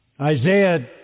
Isaiah